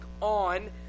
on